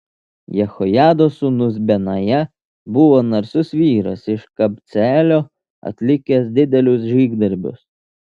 jehojados sūnus benaja buvo narsus vyras iš kabceelio atlikęs didelius žygdarbius